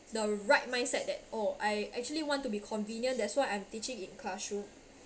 the right mindset that oh I actually want to be convenient that's why I'm teaching in classroom